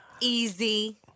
Easy